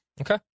Okay